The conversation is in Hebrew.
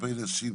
כלפי נשים?